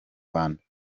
bamenyekanye